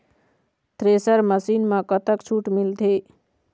Thresher machine म कतक छूट मिलथे?